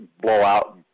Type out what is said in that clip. blowout